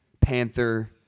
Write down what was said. Panther